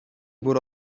wurde